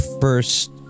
first